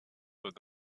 with